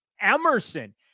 Emerson